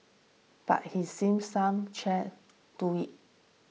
but he's seen some cheer do it